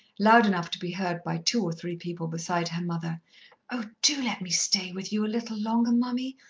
loud enough to be heard by two or three people besides her mother oh, do let me stay with you a little longer, mummy.